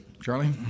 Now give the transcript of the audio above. Charlie